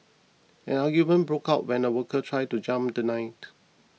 an argument broke out when a worker tried to jump the light